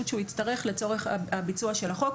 שהוא יצטרך לצורך הביצוע של החוק.